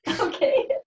Okay